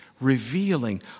revealing